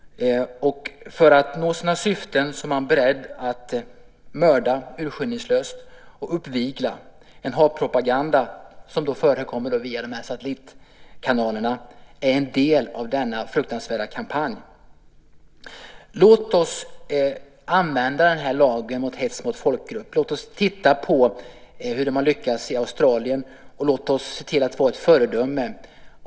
För att nå sina syften är man beredd att mörda urskillningslöst och uppvigla. Den hatpropaganda som förekommer via satellitkanalerna är en del av denna fruktansvärda kampanj. Låt oss använda lagen mot hets mot folkgrupp. Låt oss titta på hur de har lyckats i Australien. Låt oss se till att vara ett föredöme.